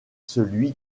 celui